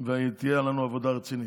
ותהיה לנו עבודה רצינית.